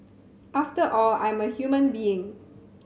after all I'm a human being